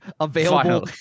available